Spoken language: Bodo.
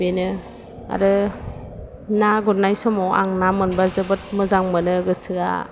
बेनो आरो ना गुरनाय समाव आं ना मोनबा जोबोद मोजां मोनो गोसोआ